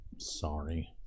sorry